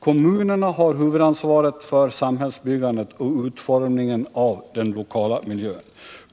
Kommunerna har huvudansvaret för samhällsbyggandet och utformningen av den lokala miljön.